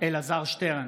אלעזר שטרן,